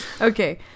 Okay